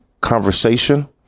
conversation